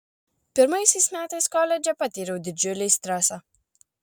pirmaisiais metais koledže patyriau didžiulį stresą